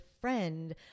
friend